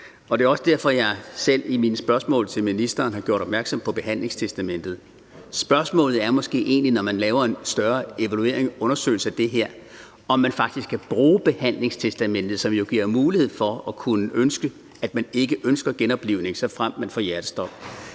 Det er også derfor, jeg selv i mine spørgsmål til ministeren har gjort opmærksom på behandlingstestamentet. Spørgsmålet er måske egentlig, når der skal laves en større evaluering og undersøgelse af det her, om vi faktisk kan bruge behandlingstestamentet, som jo giver mulighed for at ønske, at man ikke ønsker genoplivning, såfremt man får hjertestop.